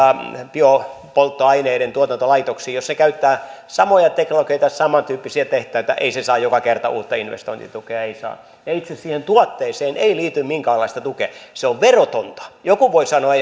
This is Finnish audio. biopolttoaineiden tuotantolaitoksiin jos se käyttää samoja teknologioita ja samantyyppisiä tehtaita ei se saa joka kerta uutta investointitukea ei saa ja itse siihen tuotteeseen ei liity minkäänlaista tukea se on verotonta joku voi sanoa